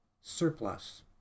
surplus